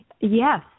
Yes